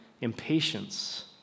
impatience